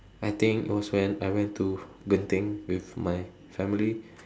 I think it was when I went to Genting with my family